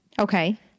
Okay